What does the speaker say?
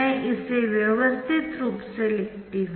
मैं इसे व्यवस्थित रूप से लिखती हु